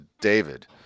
David